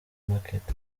market